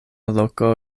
loko